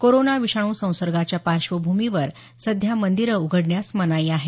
corona विषाणू संसर्गाच्या पार्श्वभूमीवर सध्या मंदिरं उघडण्यास मनाई आहे